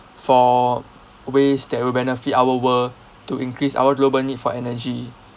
for ways that will benefit our world to increase our global need for energy